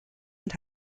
und